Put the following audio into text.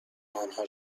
آنها